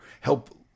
help